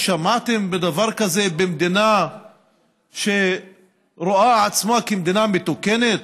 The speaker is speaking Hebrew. שמעתם דבר כזה במדינה שרואה עצמה כמדינה מתוקנת?